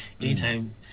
anytime